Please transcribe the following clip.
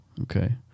okay